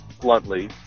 bluntly